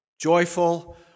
joyful